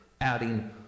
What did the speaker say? adding